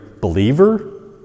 believer